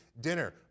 dinner